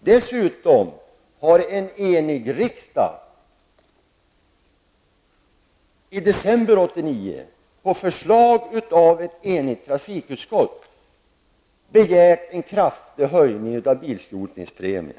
Dessutom har en enig riksdag i december 1989, på förslag av ett enigt trafikutskott, begärt en kraftig höjning av bilskrotningspremien.